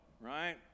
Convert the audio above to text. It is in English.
right